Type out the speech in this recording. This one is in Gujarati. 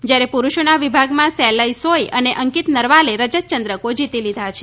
જ્યારે પુરૂષોના વિભાગમાં સેલય સોય અને અંકિત નરવાલે રજતયંદ્રકો જીતી લીધા છે